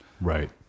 Right